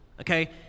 Okay